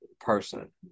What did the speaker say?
person